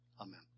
amen